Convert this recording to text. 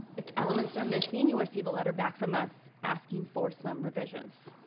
if elements are missing, you'll receive a letter back from us, asking for some revisions.